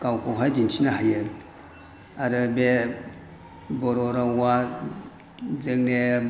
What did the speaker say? गावखौहाय दिन्थिनो हायो आरो बे बर' रावा जोंने